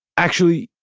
actually,